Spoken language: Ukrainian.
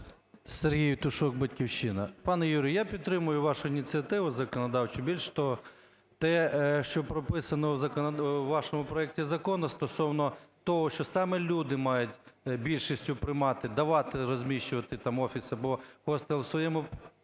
Сергій Євтушок, "Батьківщина". Пане Юрій, я підтримую вашу ініціативу законодавчу. Більш того, те, що прописано в вашому проекті закону стосовно того, що саме люди мають більшістю приймати, давати розміщувати там офіс або хостел в своєму